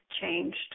changed